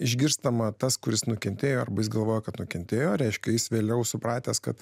išgirstama tas kuris nukentėjo arba jis galvoja kad nukentėjo reiškia jis vėliau supratęs kad